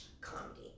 comedy